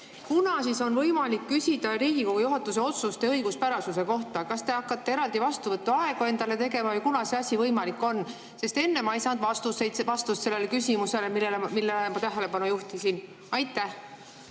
kunas siis on võimalik küsida Riigikogu juhatuse otsuste õiguspärasuse kohta. Kas te hakkate eraldi vastuvõtuaegu endale tegema või kunas see asi võimalik on? Enne ma ei saanud vastust sellele küsimusele, millele ma tähelepanu juhtisin. Ma